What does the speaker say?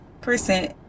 percent